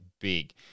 big